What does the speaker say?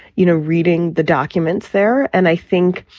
you know, reading the documents there. and i think,